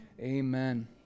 Amen